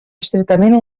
estretament